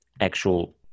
actual